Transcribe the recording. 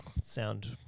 sound